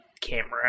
camera